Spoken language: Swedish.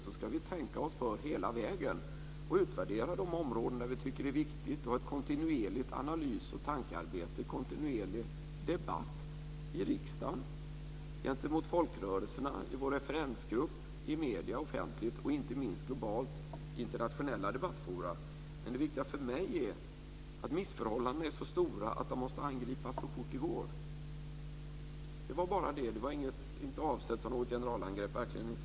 Vi ska tänka oss för hela vägen och utvärdera de områden där vi tycker att det är viktigt att ha ett kontinuerligt analys och tankearbete och kontinuerlig debatt i riksdagen, gentemot folkrörelserna, i vår referensgrupp, i medierna offentligt och inte minst globalt i internationella debattforum. Men det viktiga för mig är att missförhållandena är så stora att de måste angripas så fort det går. Det var bara det. Det var inte avsett som något generalangrepp, verkligen inte.